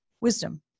wisdom